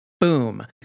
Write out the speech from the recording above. boom